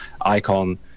Icon